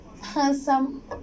handsome